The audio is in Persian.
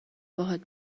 باهات